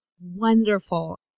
wonderful